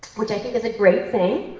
which i think is a great thing.